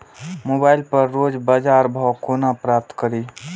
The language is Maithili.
मोबाइल पर रोज बजार भाव कोना पता करि?